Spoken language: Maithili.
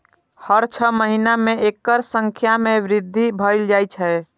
हर छह महीना मे एकर संख्या मे वृद्धि भए जाए छै